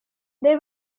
they